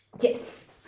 Yes